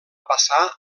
passar